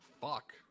fuck